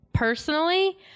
personally